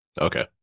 Okay